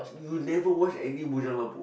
you never watch any bujang lapok